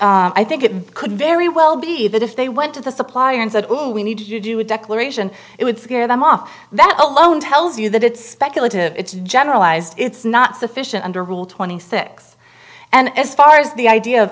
i think it could very well be that if they went to the supplier and said we need to do a declaration it would scare them off that alone tells you that it's speculative it's generalized it's not sufficient under rule twenty six and as far as the idea of